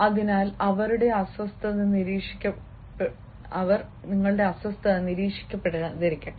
അതിനാൽ അവരുടെ അസ്വസ്ഥത നിരീക്ഷിക്കപ്പെടാതിരിക്കട്ടെ